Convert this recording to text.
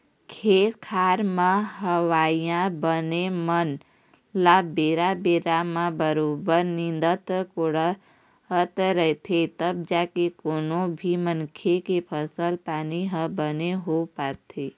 खेत खार म होवइया बन मन ल बेरा बेरा म बरोबर निंदत कोड़त रहिथे तब जाके कोनो भी मनखे के फसल पानी ह बने हो पाथे